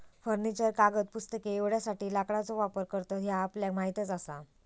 furniture, कागद, पुस्तके एवढ्यासाठी लाकडाचो वापर करतत ह्या आपल्याक माहीतच आसा